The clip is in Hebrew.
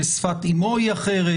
ששפת אימו היא אחרת,